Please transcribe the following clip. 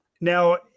Now